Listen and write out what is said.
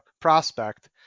prospect